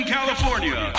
California